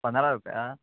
पंदरा रुपया